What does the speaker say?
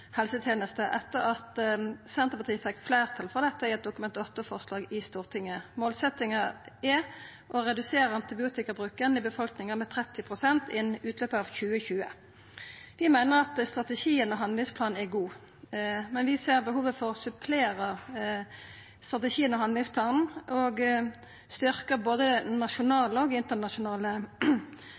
helsetenesta etter at Senterpartiet fekk fleirtal for dette i eit Dokument 8-forslag i Stortinget. Målsettinga er å redusera antibiotikabruken i befolkninga med 30 pst. innan utløpet av 2020. Vi meiner at strategien og handlingsplanen er god, men vi ser behovet for å supplera strategien og handlingsplanen og å styrkja både det nasjonale og det internasjonale